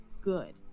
good